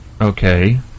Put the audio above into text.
Okay